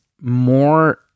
more